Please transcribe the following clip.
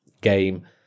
game